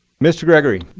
mr. gregory.